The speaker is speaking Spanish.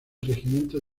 regimiento